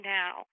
now